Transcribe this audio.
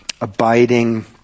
abiding